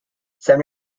seven